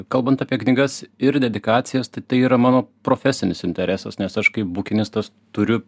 kalbant apie knygas ir dedikacijas tai tai yra mano profesinis interesas nes aš kaip bukinistas turiu